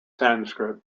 sanskrit